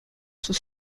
sus